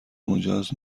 مجاز